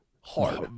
hard